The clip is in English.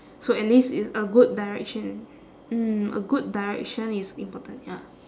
so at least it's a good direction mm a good direction is important ya